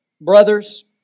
Brothers